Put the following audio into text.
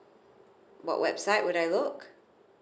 what website would I look